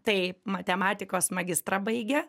tai matematikos magistrą baigė